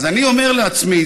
אז אני אומר לעצמי,